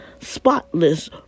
spotless